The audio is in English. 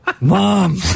Mom